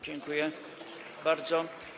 Dziękuję bardzo.